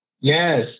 yes